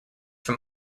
from